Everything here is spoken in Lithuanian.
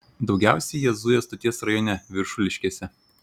daugiausiai jie zuja stoties rajone viršuliškėse